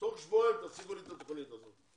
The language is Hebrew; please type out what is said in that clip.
תוך שבועיים תציגו לי את התוכנית הזאת.